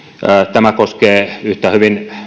tämä koskee yhtä hyvin